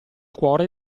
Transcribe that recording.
cuore